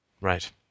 Right